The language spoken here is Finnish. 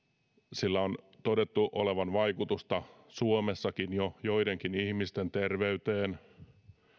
sillä on todettu olevan vaikutusta jo suomessakin joidenkin ihmisten terveyteen